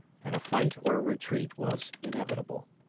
and a fight or retreat was inevitable.